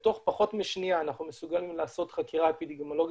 בתוך פחות משניה אנחנו מסוגלים לעשות חקירה אפידמיולוגית,